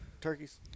turkeys